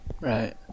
right